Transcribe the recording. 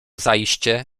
zajście